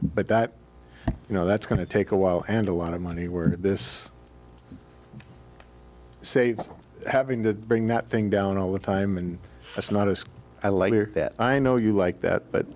but that you know that's going to take a while and a lot of money where this saves having to bring that thing down all the time and it's not as i like that i know you like that but